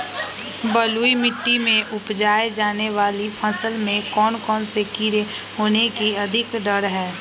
बलुई मिट्टी में उपजाय जाने वाली फसल में कौन कौन से कीड़े होने के अधिक डर हैं?